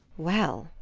well,